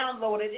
downloaded